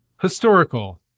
historical